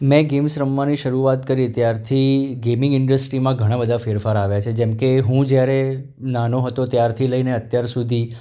મેં ગેમ્સ રમવાની શરૂઆત કરી ત્યારથી ગેમિંગ ઇન્ડસ્ટ્રીમાં ઘણા બધા ફેરફાર આવ્યા છે જેમકે હું જ્યારે નાનો હતો ત્યારથી લઈને અત્યાર સુધી